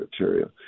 material